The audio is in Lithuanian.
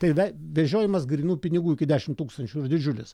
tai ve vežiojimas grynų pinigų iki dešimt tūkstančių didžiulis